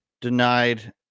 Denied